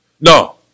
No